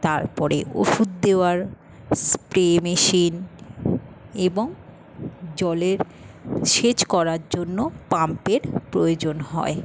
তারপরে ওষুধ দেওয়ার স্প্রে মেশিন এবং জলের সেচ করার জন্য পাম্পের প্রয়োজন হয়